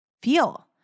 Feel